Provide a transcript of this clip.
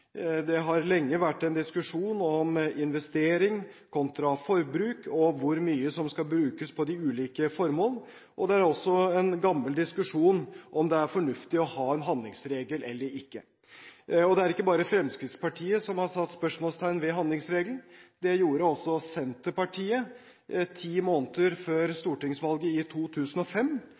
Det har lenge vært en diskusjon om investering kontra forbruk og hvor mye som skal brukes på de ulike formål. Det er også en gammel diskusjon om det er fornuftig å ha en handlingsregel eller ikke. Det er ikke bare Fremskrittspartiet som har satt spørsmålstegn ved handlingsregelen. Det gjorde også Senterpartiet – ti måneder før stortingsvalget i 2005.